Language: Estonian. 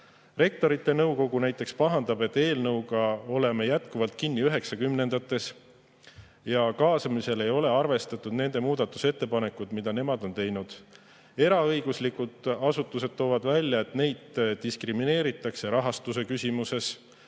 Rektorite Nõukogu näiteks pahandab, et oleme selle eelnõuga jätkuvalt kinni üheksakümnendates ja kaasamisel ei ole arvestatud muudatusettepanekuid, mis nemad on teinud. Eraõiguslikud asutused toovad välja, et neid diskrimineeritakse rahastuse küsimuses.